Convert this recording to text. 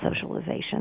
socialization